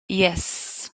yes